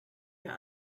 wir